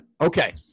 Okay